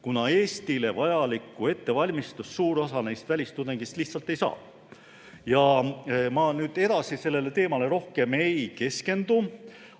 kuna Eestile vajalikku ettevalmistust suur osa neist välistudengeist lihtsalt ei saa. Rohkem ma sellele teemale ei keskendu.